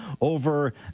over